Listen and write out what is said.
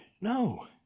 No